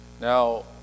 Now